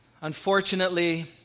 unfortunately